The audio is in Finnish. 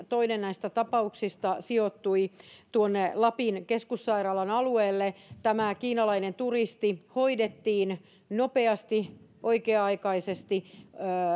toinen näistä tapauksista sijoittui tuonne lapin keskussairaalan alueelle tämä kiinalainen turisti hoidettiin nopeasti oikea aikaisesti